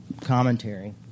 commentary